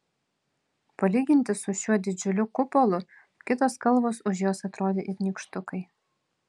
palyginti su šiuo didžiuliu kupolu kitos kalvos už jos atrodė it nykštukai